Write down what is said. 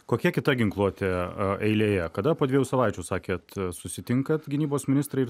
kokia kita ginkluotė eilėje kada po dviejų savaičių sakėt susitinkat gynybos ministrai ir